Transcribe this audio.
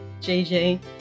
jj